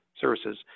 Services